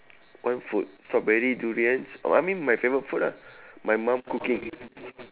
what food strawberry durians oh I mean my favourite food ah my mum cooking